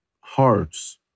hearts